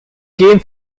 game